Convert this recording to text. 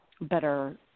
better